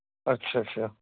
ਅੱਛਾ ਅੱਛਾ